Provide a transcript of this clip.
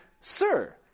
Sir